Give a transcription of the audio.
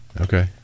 Okay